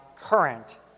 current